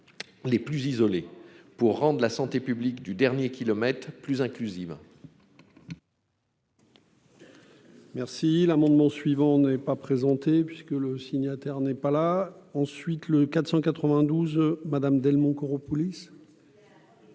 les plus isolés pour rendent la santé publique du dernier kilomètre plus inclusive. Merci l'amendement suivant n'est pas présenté puisque le signataire n'est pas là, ensuite le 492 Madame Delmont Koropoulis.